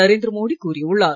நரேந்திர மோடி கூறியுள்ளார்